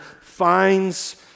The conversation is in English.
finds